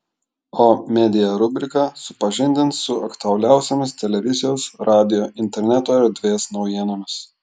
o media rubrika supažindins su aktualiausiomis televizijos radijo interneto erdvės naujienomis